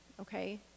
okay